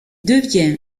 devient